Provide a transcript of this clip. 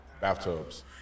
bathtubs